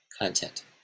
content